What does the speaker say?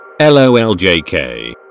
LOLJK